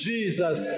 Jesus